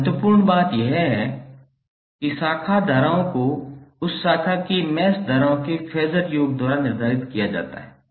और महत्वपूर्ण बात यह है कि शाखा धाराओं को उस शाखा के मैश धाराओं के फेज़र योग द्वारा निर्धारित किया जाता है